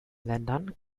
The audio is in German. ländern